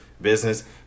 business